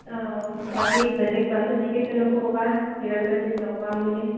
অঁ বাকী বেলেগ বান্ধৱীকেইজনকো ক'বা হীৰক জয়ন্তীত লগ পাম বুলি